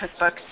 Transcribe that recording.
cookbooks